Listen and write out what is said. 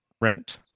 rent